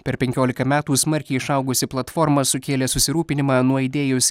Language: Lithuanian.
per penkiolika metų smarkiai išaugusi platforma sukėlė susirūpinimą nuaidėjus